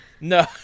No